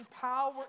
power